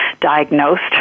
diagnosed